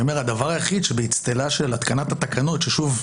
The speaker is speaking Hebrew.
הדבר היחיד שבאצטלה של התקנות, שוב,